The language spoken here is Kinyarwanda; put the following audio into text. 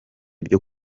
byo